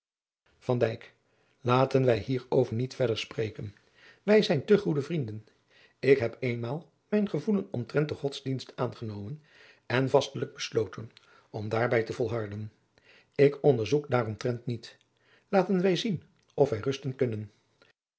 laten wij hierover niet verder spreken wij zijn te goede vrienden ik heb eenmaal mijn gevoelen omtrent den godsdienst aangenomen en vastelijk besloten om daar bij te volharden ik onderzoek daaromtrent niet laten wij zien of wij rusten kunnen